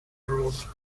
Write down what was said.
road